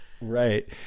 right